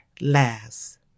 last